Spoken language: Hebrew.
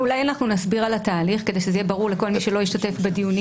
אולי נסביר על התהליך כדי שיהיה ברור לכל מי שלא השתתף בדיונים,